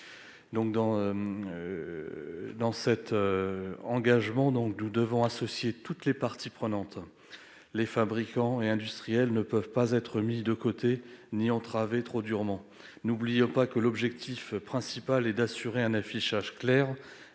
de l'agroalimentaire. Nous devons associer toutes les parties prenantes. Les fabricants et les industriels ne peuvent être mis de côté ni entravés trop durement. N'oublions pas que l'objectif principal est d'assurer un affichage clair